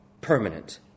permanent